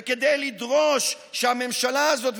וכדי לדרוש שהממשלה הזאת,